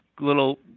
little